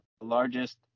largest